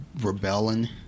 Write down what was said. rebelling